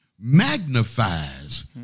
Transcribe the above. magnifies